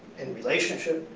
in relationship,